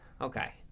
Okay